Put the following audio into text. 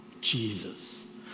Jesus